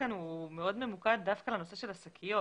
כאן הוא מאוד ממוקד דווקא לנושא של השקיות.